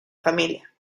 familia